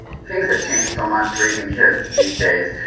things have changed so much raising kids these days.